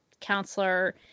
counselor